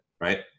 right